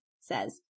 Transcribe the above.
says